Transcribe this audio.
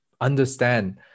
understand